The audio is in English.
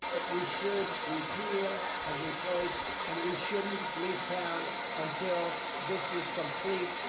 but we should repeal and replace and we shouldn't leave town until this is complete,